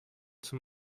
zum